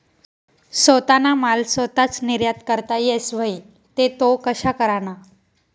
सोताना माल सोताच निर्यात करता येस व्हई ते तो कशा कराना?